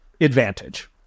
advantage